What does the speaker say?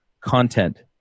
content